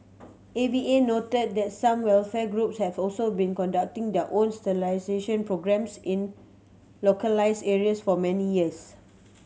A V A noted that some welfare groups have also been conducting their own sterilisation programmes in localised areas for many years